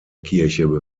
kirche